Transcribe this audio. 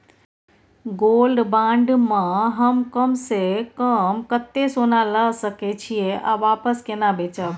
Gold bond म हम कम स कम कत्ते सोना ल सके छिए आ वापस केना बेचब?